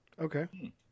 Okay